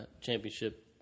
championship